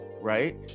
right